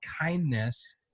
kindness